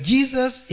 Jesus